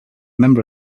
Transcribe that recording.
member